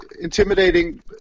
intimidating